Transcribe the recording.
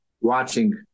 watching